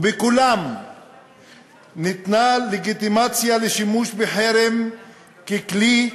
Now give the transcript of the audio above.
ובכולן ניתנה לגיטימציה לשימוש בחרם ככלי,